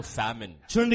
famine